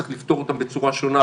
צריך לפתור אותם בצורה שונה,